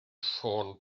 ffôn